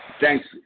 Thanks